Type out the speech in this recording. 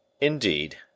Indeed